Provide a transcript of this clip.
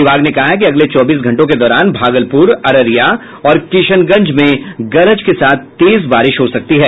विभाग ने कहा है कि अगले चौबीस घंटों के दौरान भागलपूर अररिया और किशनगंज में गरज के साथ तेज बारिश हो सकती है